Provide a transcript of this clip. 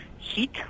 heat